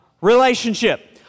relationship